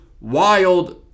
wild